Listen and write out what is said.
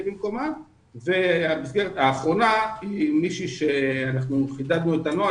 במקומה והמסגרת האחרונה היא מישהי שחידדנו את הנוהל